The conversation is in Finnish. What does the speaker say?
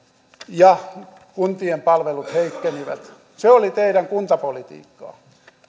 ja kuntien palvelut heikkenivät se oli teidän kuntapolitiikkaanne